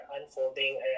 unfolding